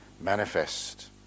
manifest